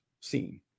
seen